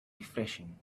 refreshing